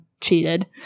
cheated